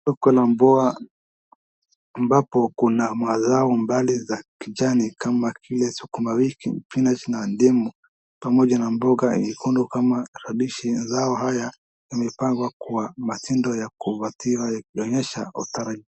Huku kuna mboga ambapo kuna mazao mbali za kijani kama vile sukuma wiki, spinach na ndimu pamoja nyekundu kama radicchio mazao haya yamepangwa kwa matendo ya kuvutia, yakionyesha utaratibu.